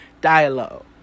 Dialogue